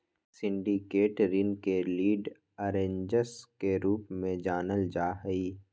syndicated ऋण के lead arrangers के रूप में जानल जा हई